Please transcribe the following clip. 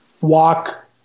walk